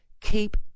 Keep